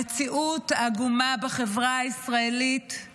המציאות בחברה הישראלית עגומה,